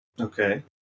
Okay